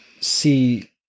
see